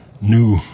new